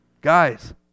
Guys